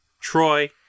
Troy